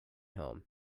home